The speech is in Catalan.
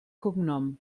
cognom